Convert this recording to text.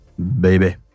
Baby